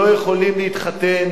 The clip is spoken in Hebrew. גם אני מבקש לברך את השיח'ים